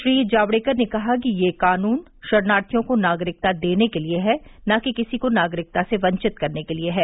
श्री जावडेकर ने कहा कि यह कानून शरणार्थियों को नागरिकता देने के लिए है न कि किसी को नागरिकता से वंचित करने के लिए है